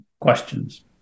questions